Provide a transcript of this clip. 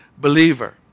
Believer